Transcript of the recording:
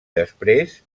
després